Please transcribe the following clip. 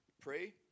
Pray